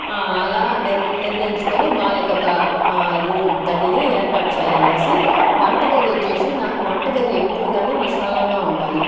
అలా నిర్ణ నిర్ణయించుకుని వాళ్ళకొక రూమ్ గదిని ఏర్పాటు చేయాలి అనేసి వంటగది వచ్చేసి నాకు వంటగది ఎప్పుడు గాని విశాలంగా ఉండాలి